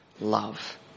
love